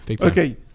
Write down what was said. okay